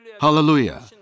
Hallelujah